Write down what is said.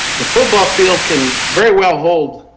the football field can very well hold